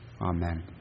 Amen